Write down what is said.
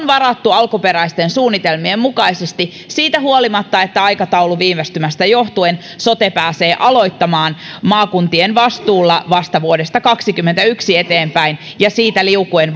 varattu alkuperäisten suunnitelmien mukaisesti siitä huolimatta että aikataulun viivästymisestä johtuen sote pääsee aloittamaan maakuntien vastuulla vasta vuodesta kaksikymmentäyksi eteenpäin ja siitä liukuen